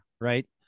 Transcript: Right